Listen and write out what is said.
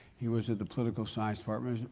he was in the political science department.